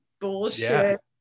bullshit